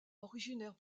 originaire